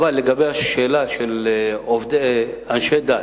אבל לגבי השאלה של אנשי דת,